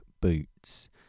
Boots